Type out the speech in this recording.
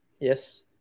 Yes